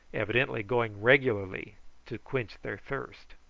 evidently going regularly to quench their thirst.